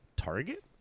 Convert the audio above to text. target